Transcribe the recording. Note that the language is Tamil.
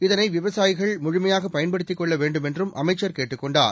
இதனைவிவசாயிகள் முழுமையாகபயன்படுத்திக் கொள்ளவேண்டுமென்றம் அமைச்சர் கேட்டுக்கொண்டார்